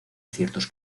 ciertos